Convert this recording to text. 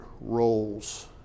roles